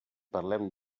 parlem